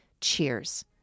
Cheers